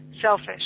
selfish